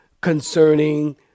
concerning